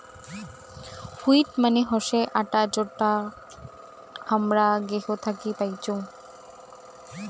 wheat মানে হসে আটা যেটো হামরা গেহু থাকি পাইচুং